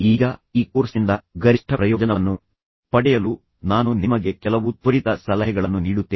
ಈಗ ಈ ಕೋರ್ಸ್ನಿಂದ ಗರಿಷ್ಠ ಪ್ರಯೋಜನವನ್ನು ಪಡೆಯಲು ನಾನು ನಿಮಗೆ ಕೆಲವು ತ್ವರಿತ ಸಲಹೆಗಳನ್ನು ನೀಡುತ್ತೇನೆ